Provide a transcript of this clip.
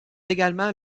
également